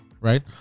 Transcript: Right